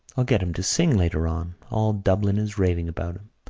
i'll get him to sing later on. all dublin is raving about him.